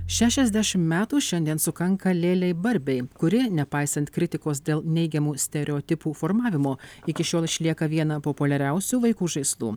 šešiasdešimt metų šiandien sukanka lėlei barbei kuri nepaisant kritikos dėl neigiamų stereotipų formavimo iki šiol išlieka viena populiariausių vaikų žaislų